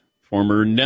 former